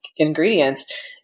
ingredients